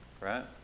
right